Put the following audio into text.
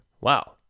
wow